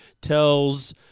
tells